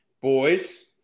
boys